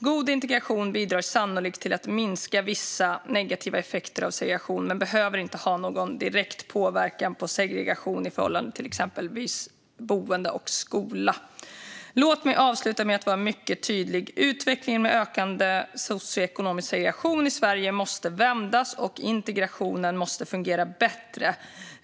God integration bidrar sannolikt till att minska vissa negativa effekter av segregation men behöver inte ha någon direkt påverkan på segregation i förhållande till exempelvis boende och skola. Låt mig avsluta med att vara mycket tydlig. Utvecklingen med ökande socioekonomisk segregation i Sverige måste vändas, och integrationen måste fungera bättre.